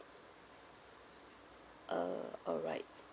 uh alright